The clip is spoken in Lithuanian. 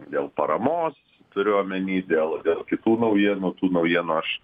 dėl paramos turiu omeny dėl kitų naujienų tų naujienų aš